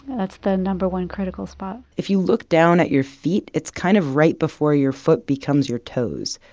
that's the number one critical spot if you look down at your feet, it's kind of right before your foot becomes your toes.